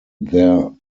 their